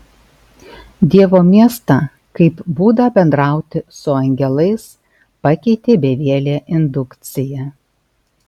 dievo miestą kaip būdą bendrauti su angelais pakeitė bevielė indukcija